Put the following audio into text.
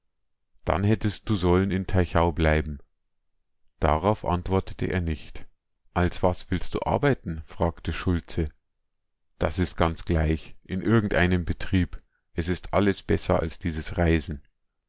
dann hättest du sollen in teichau bleiben darauf antwortete er nicht als was willst du arbeiten fragte schulze das ist ganz gleich in irgendeinem betrieb es ist alles besser als dieses reisen